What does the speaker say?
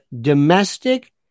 domestic